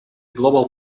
global